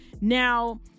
Now